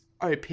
op